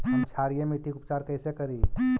हम क्षारीय मिट्टी के उपचार कैसे करी?